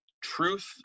truth